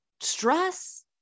stress